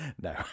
No